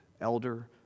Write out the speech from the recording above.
elder